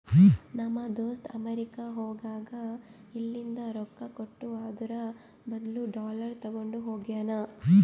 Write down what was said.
ನಮ್ ದೋಸ್ತ ಅಮೆರಿಕಾ ಹೋಗಾಗ್ ಇಲ್ಲಿಂದ್ ರೊಕ್ಕಾ ಕೊಟ್ಟು ಅದುರ್ ಬದ್ಲು ಡಾಲರ್ ತಗೊಂಡ್ ಹೋಗ್ಯಾನ್